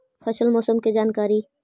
फसल मौसम के जानकारी?